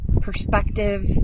perspective